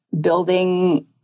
building